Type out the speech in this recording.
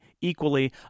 equally